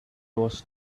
was